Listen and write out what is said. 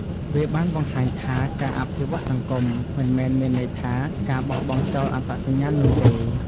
វាបានបង្ហាញថាការអភិវឌ្ឍសង្គម មិនមែនមានន័យថាការបោះបង់ចោលអត្តសញ្ញាណនោះទេ។